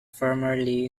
formerly